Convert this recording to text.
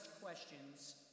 questions